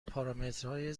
پارامترهای